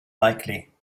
likely